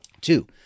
Two